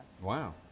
Wow